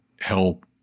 help